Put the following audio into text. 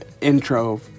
intro